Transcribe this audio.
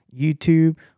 YouTube